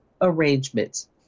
arrangements